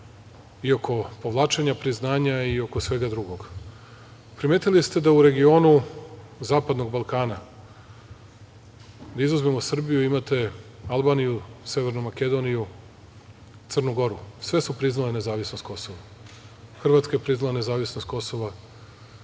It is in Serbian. i oko povlačenja priznanja i oko svega drugog. Primetili ste da u regionu zapadnog Balkana, da izuzmemo Srbiju, imate Albaniju, Severnu Makedoniju, Crnu Goru. Sve su priznale nezavisnost Kosova. Hrvatska je priznala nezavisnost Kosova,